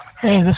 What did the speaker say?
Hey